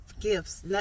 gifts